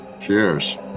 cheers